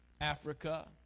Africa